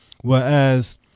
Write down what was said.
whereas